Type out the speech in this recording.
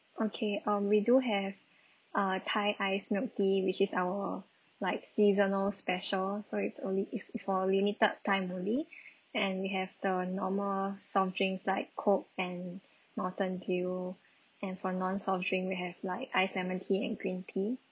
okay um we do have uh thai iced milk tea which is our like seasonal special so it's only is is for a limited time only and we have the normal soft drinks like coke and mountain dew and for non soft drink we have like ice lemon tea and green tea